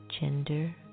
gender